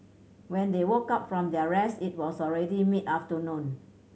when they woke up from their rest it was already mid afternoon